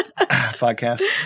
podcast